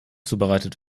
zubereitet